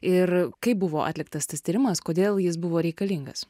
ir kaip buvo atliktas tas tyrimas kodėl jis buvo reikalingas